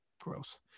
Gross